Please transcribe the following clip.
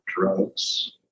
drugs